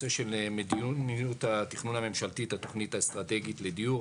מדיניות התכנון הממשלתית התוכנית האסטרטגית לדיור).